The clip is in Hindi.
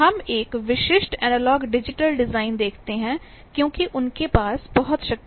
हम एक विशिष्ट एनालॉग डिजिटल डिज़ाइन देखते हैं क्योंकि उनके पास बहुत शक्ति है